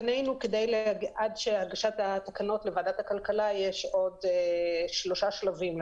עד להגשת התקנות לוועדת הכלכלה יש עוד שלושה שלבים.